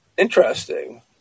Interesting